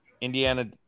Indiana